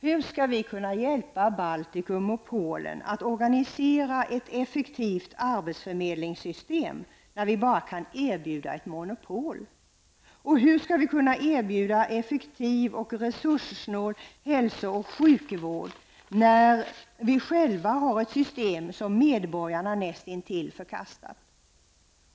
Hur skall vi kunna hjälpa Baltikum och Polen med att organisera ett effektivt arbetsförmedlingssystem när vi bara kan erbjuda ett monopol? Och hur skall vi kunna erbjuda en effektiv och resurssnål hälsooch sjukvård när vi själva har system som medborgarna näst intill förkastar?